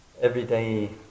everyday